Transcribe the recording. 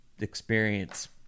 experience